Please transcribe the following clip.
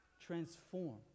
transform